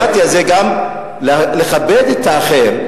דמוקרטיה זה גם לכבד את האחר,